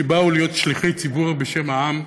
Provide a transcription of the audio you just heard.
שבאו להיות שליחי ציבור בשם העם,